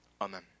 Amen